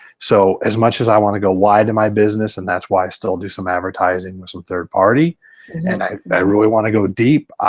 so as much as i want to go wide in my business and that's why i still do some advertising and some third party and i i really want to go deep,